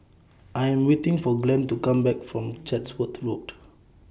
I Am waiting For Glenn to Come Back from Chatsworth Road